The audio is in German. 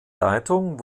leitung